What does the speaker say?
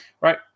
Right